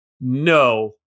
no